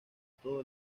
todo